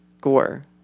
Gore